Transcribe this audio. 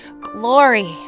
Glory